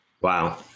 Wow